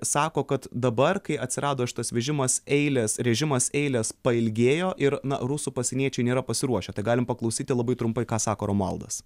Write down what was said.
sako kad dabar kai atsirado šitas vežimas eiles režimas eiles pailgėjo ir na rusų pasieniečiai nėra pasiruošę tai galim paklausyti labai trumpai ką sako romualdas